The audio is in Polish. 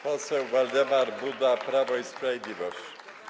Poseł Waldemar Buda, Prawo i Sprawiedliwość.